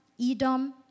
Edom